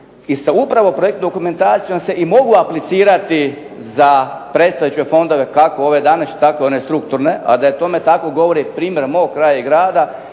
i sa upravo projektnom dokumentacijom da se mogu aplicirati za predstojeće fondove kako ove današnje, tako i one strukturne. A da je tome tako, govori primjer mog kraja i grada